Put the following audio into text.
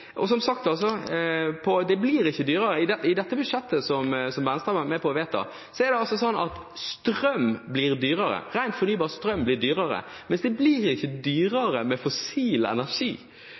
blir det ikke dyrere. I budsjettet som Venstre er med på å vedta, blir strøm dyrere – ren fornybar strøm blir dyrere, men det ikke blir dyrere med fossil energi. Hvordan i all verden skal man gjennomføre et grønt skifte, fra fossil energi til fornybar energi,